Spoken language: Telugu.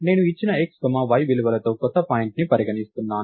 నేను ఇచ్చిన x y విలువలతో కొత్త పాయింట్ని పరిగణిస్తున్నాను